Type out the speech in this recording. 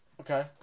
Okay